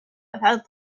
without